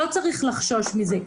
לא צריך לחשוש מזה.